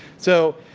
so,